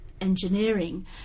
engineering